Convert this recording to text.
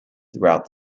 throughout